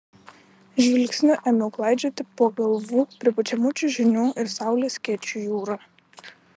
žvilgsniu ėmiau klaidžioti po galvų pripučiamų čiužinių ir saulės skėčių jūrą